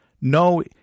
No